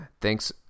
thanks